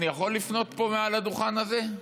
אני יכול לפנות פה מעל הדוכן הזה?